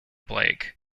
blake